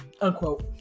unquote